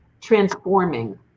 transforming